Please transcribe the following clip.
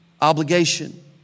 obligation